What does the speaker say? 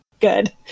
good